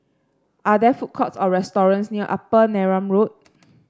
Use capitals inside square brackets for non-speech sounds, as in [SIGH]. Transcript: are there food courts or restaurants near Upper Neram Road [NOISE]